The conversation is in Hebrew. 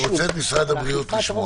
-- לשמוע את משרד הבריאות.